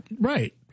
Right